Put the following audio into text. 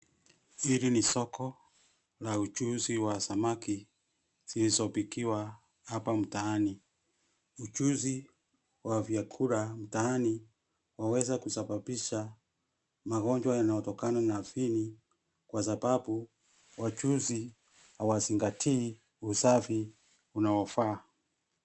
Hili ni soko la uchuzi wa samaki zilizopikiwa hapa mtaani. Uchuzi wa vyakula mtaani waweza kusababisha magonjwa yanayotokana na viini kwasababu wachuuzi hawazingatii usafi unaofaa.